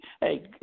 Hey